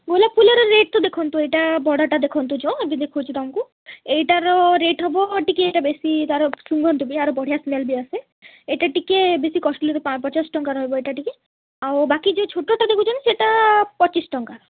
ଗୋଲାପ ଫୁଲର ରେଟ୍ ତ ଦେଖନ୍ତୁ ଏଇଟା ବଡ଼ଟା ଦେଖନ୍ତୁ ଜ ଏବେ ଦେଖଉଛି ତମକୁ ଏଇଟାର ରେଟ୍ ହବ ଟିକେ ଏଇଟା ବେଶୀ ରୁହନ୍ତୁ ଏହାର ବଢ଼ିଆ ସ୍ମେଲ୍ ବି ଆସେ ଏଇଟା ଟିକେ ବେଶୀ କଷ୍ଟଲି ପଚାଶ ଟଙ୍କା ରହିବ ଏଇଟା ଟିକେ ଆଉ ବାକି ଯେଉଁ ଛୋଟଟା ଦେଖୁଛନ୍ତି ସେଇଟା ପଚିଶି ଟଙ୍କା